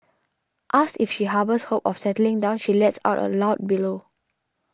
asked if she harbours hopes of settling down she lets out a loud bellow